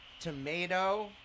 tomato